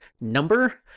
number